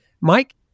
Mike